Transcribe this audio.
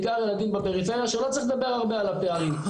בעיקר ילדים בפריפריה שלא צריך לדבר הרבה על הפערים.